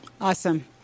Awesome